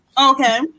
Okay